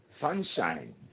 sunshine